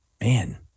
man